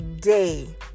day